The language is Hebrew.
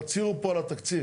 תציעו פה על התקציב.